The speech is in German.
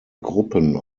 gruppen